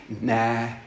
nah